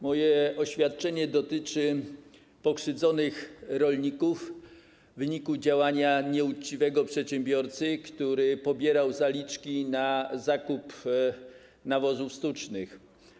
Moje oświadczenie dotyczy rolników pokrzywdzonych w wyniku działania nieuczciwego przedsiębiorcy, który pobierał zaliczki na zakup nawozów sztucznych.